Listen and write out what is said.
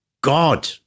God